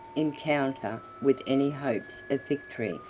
encounter, with any hopes of victory,